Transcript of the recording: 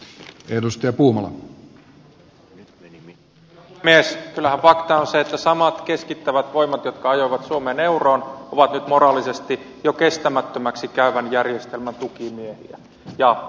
kyllähän fakta on se että samat keskittävät voimat jotka ajoivat suomen euroon ovat nyt moraalisesti jo kestämättömäksi käyvän järjestelmän tukimiehiä ja naisia